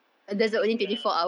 gitu lah